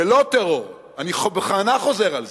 של לא טרור, אני בכוונה חוזר על זה,